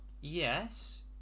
Yes